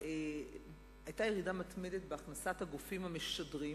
היתה ירידה מתמדת בהכנסת הגופים המשדרים